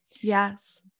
Yes